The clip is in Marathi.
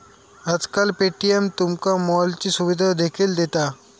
आजकाल पे.टी.एम तुमका मॉलची सुविधा देखील दिता